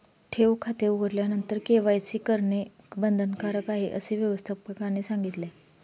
ठेव खाते उघडल्यानंतर के.वाय.सी करणे बंधनकारक आहे, असे व्यवस्थापकाने सांगितले